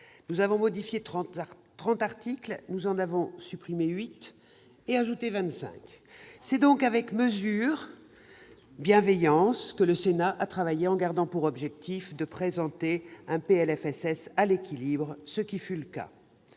Nous avons modifié 30 articles, en avons supprimé 8 et ajouté 25. C'est donc avec mesure et bienveillance que le Sénat a travaillé, en gardant pour objectif de présenter un PLFSS à l'équilibre, ce qui fut le cas.